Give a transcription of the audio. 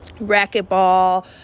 racquetball